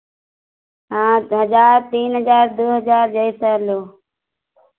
हाँ हज़ार तीन हज़ार दो हज़ार जैसा लो